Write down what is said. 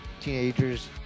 teenagers